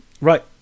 right